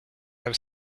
have